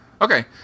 Okay